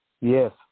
Yes